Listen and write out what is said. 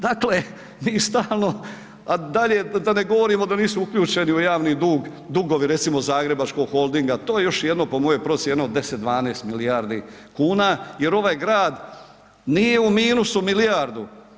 Dakle, vi stalno, a dalje da ne govorimo da nisu uključeni u javni dug dugovi recimo Zagrebačkog holdinga to je još jedno po mojoj procjeni 10-12 milijardi kuna jer ovaj grad nije u minusu milijardu.